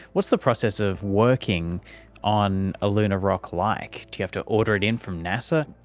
what's the process of working on a lunar rock like? do you have to order it in from nasa?